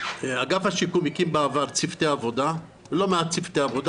אגף השיקום הקים בעבר לא מעט צוותי עבודה